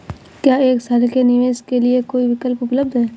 क्या एक साल के निवेश के लिए कोई विकल्प उपलब्ध है?